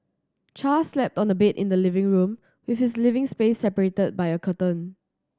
Char slept on a bed in the living room with his living space separated by a curtain